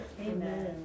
Amen